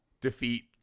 defeat